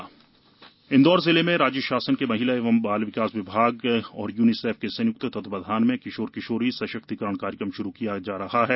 किशोर किशोरी सशक्तिकरण इंदौर जिले में राज्य शासन के महिला एवं बाल विकास विभाग और यूनिसेफ के संयुक्त तत्वावघान में किशोर किशोरी सशक्तिकरण कार्यक्रम शुरू किया जा रहा है